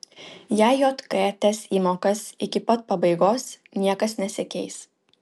jei jk tęs įmokas iki pat pabaigos niekas nesikeis